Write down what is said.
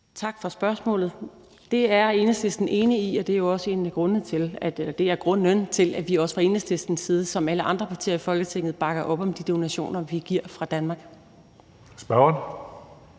Tak for spørgsmålet. Det er Enhedslisten enig i, og det er jo også grunden til, at vi også fra Enhedslistens side som alle andre partier i Folketinget bakker op om de donationer, vi giver fra Danmark. Kl.